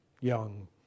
young